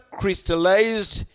crystallized